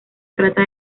trata